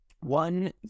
one